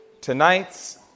tonight's